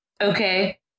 Okay